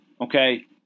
Okay